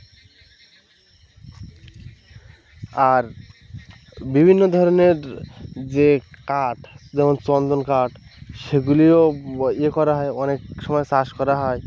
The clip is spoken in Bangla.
আর বিভিন্ন ধরনের যে কাঠ যেমন চন্দন কাঠ সেগুলিও ও ইয়ে করা হয় অনেক সময় চাষ করা হয়